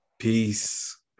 peace